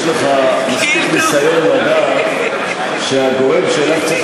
יש לך מספיק ניסיון לדעת שהגורם שאליו צריך